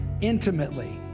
intimately